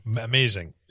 amazing